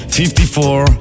54